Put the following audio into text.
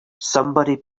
somebody